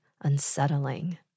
unsettling